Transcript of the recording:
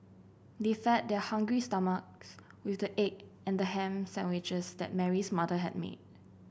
they fed their hungry stomachs with the egg and ham sandwiches that Mary's mother had made